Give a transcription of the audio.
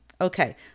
Okay